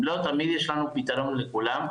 לא תמיד יש לנו פתרון לכולם,